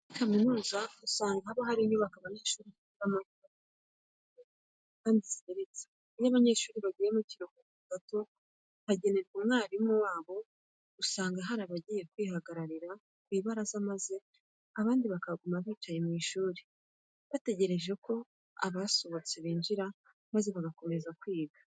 Muri kaminuza usanga haba hari inyubako abanyeshuri bigiramo zubatswe mu buryo bugezweho kandi zigeretse. Iyo abanyeshuri bagiye mu karuhuko gato bagenerwa n'umwarimu wabo, usanga hari abagiye kwihagararira ku ibaraza maze abandi bakaguma bicaye mu ishuri bategereje ko abasohotse binjira maze bagakomeza kwiga.